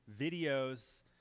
videos